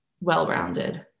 well-rounded